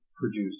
produce